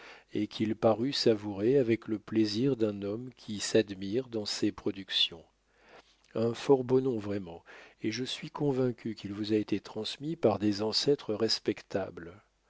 et qu'il parut savourer avec le plaisir d'un homme qui s'admire dans ses productions un fort beau nom vraiment et je suis convaincu qu'il vous a été transmis par des ancêtres respectables